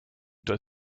doit